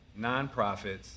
nonprofits